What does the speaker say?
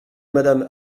madame